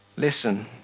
Listen